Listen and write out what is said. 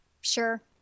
sure